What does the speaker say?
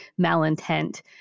malintent